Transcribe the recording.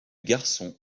garçon